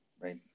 right